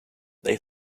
they